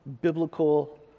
biblical